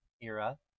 era